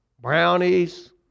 brownies